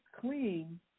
clean